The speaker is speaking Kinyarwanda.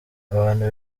abantu